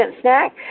snack